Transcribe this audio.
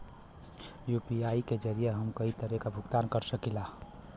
UPI के जरिये हम कई तरे क भुगतान कर सकीला